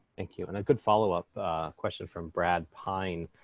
thank you. and a good follow up question from brad pine.